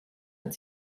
man